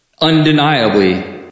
undeniably